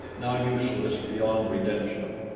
now useless beyond redemption,